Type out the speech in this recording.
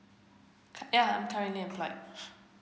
yeah I'm currently employed